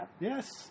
yes